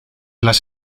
las